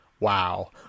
Wow